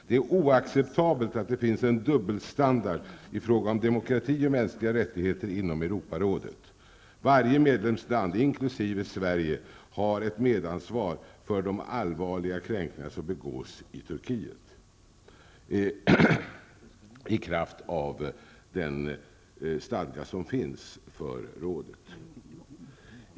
Det är oacceptabelt att det finns en dubbelstandard i fråga om demokrati och mänskliga rättigheter inom Europarådet. Varje medlemsland, inkl. Sverige, har ett medansvar för de allvarliga kränkningar som begås i Turkiet i kraft av den stadga som finns för rådet.